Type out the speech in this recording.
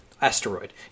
asteroid